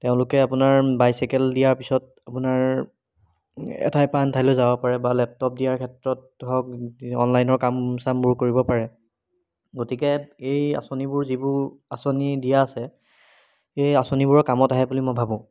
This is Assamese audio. তেওঁলোকে আপোনাৰ বাইচাইকেল দিয়াৰ পাছত আপোনাৰ এঠাইৰ পৰা আন ঠাইলৈ যাব পাৰে বা লেপটপ দিয়াৰ ক্ষেত্ৰত ধৰক অনলাইনৰ কাম চামবোৰ কৰিব পাৰে গতিকে এই আঁচনিবোৰ যিবোৰ আঁচনি দিয়া আছে এই আঁচনিবোৰৰ কামত আহে বুলি মই ভাবোঁ